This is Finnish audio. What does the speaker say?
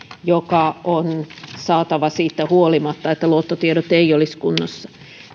joka on saatava siitä huolimatta että luottotiedot eivät olisi kunnossa